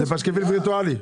זה פשקוויל וירטואלי.